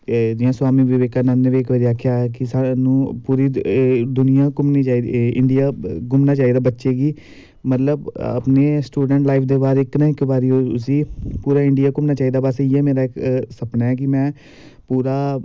ते जियां स्वामी विवेकानन्द होरें आखेआ हा कि स्हानू पूरी दुनियां घूमनी चाही दी इंडियां घूमना चाही दा बच्चे गी मतलव अपने स्टूडैंट लाइफ दे बाद इक न इक बारी उसी पूरा इंडियां घूमना चाही दा बस इ'यै मेरा इक सपना ऐ कि मैं पूरा